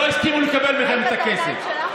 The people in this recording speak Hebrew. לא הסכימו לקבל מכם את הכסף.